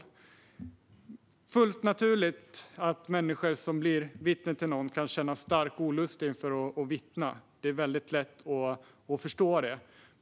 Det är fullt naturligt att människor som blir vittne till något kan känna stor olust inför att vittna; det är väldigt lätt att förstå det.